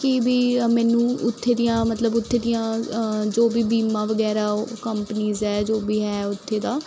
ਕਿ ਵੀ ਮੈਨੂੰ ਉੱਥੇ ਦੀਆਂ ਮਤਲਬ ਉੱਥੇ ਦੀਆਂ ਜੋ ਵੀ ਬੀਮਾ ਵਗੈਰਾ ਉਹ ਕੰਪਨੀਜ਼ ਹੈ ਜੋ ਵੀ ਹੈ ਉੱਥੇ ਦਾ